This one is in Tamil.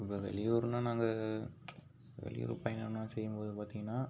இப்போ வெளியூர்னா நாங்கள் வெளியூர் பயணம் நான் செய்யும் போது பார்த்திங்கன்னா